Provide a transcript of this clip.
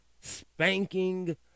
spanking